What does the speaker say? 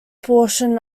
portion